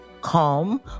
Calm